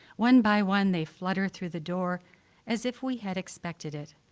one by one they flutter through the door as if we had expected it,